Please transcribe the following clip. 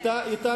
זה הבית שלהם.